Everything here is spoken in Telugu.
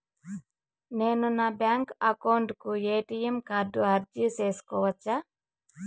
నేను నా బ్యాంకు అకౌంట్ కు ఎ.టి.ఎం కార్డు అర్జీ సేసుకోవచ్చా?